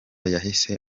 yahise